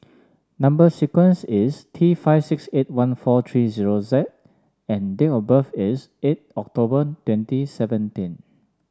number sequence is T five six eight one four three zero Z and date of birth is eight October twenty seventeen